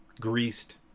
greased